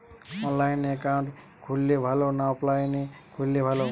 অনলাইনে একাউন্ট খুললে ভালো না অফলাইনে খুললে ভালো?